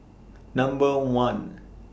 Number one